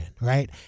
right